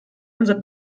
unser